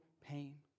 pain